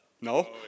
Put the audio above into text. No